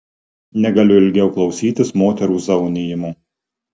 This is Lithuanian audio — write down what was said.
negaliu ilgiau klausytis moterų zaunijimo